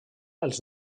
els